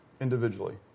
individually